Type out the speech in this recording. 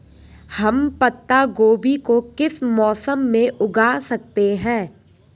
हम पत्ता गोभी को किस मौसम में उगा सकते हैं?